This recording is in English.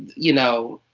you know,